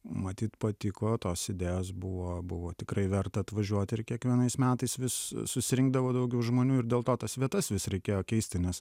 matyt patiko tos idėjos buvo buvo tikrai verta atvažiuot ir kiekvienais metais vis susirinkdavo daugiau žmonių ir dėl to tas vietas vis reikėjo keisti nes